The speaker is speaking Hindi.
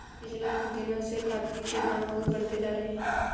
पिछले कुछ दिनों से कॉफी के दाम बहुत बढ़ते जा रहे है